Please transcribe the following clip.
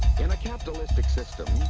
in a capitalist system.